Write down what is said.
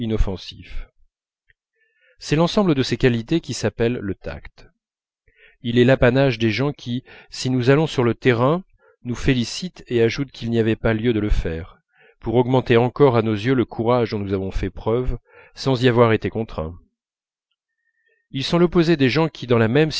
inoffensif c'est l'ensemble de ces qualités qui s'appelle le tact il est l'apanage des gens qui si nous allons sur le terrain nous félicitent et ajoutent qu'il n'y avait pas lieu de le faire pour augmenter encore à nos yeux le courage dont nous avons fait preuve sans y avoir été contraint ils sont l'opposé des gens qui dans la même